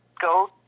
go